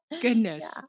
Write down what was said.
Goodness